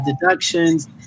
deductions